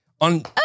on